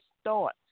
start